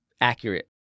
accurate